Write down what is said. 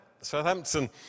Southampton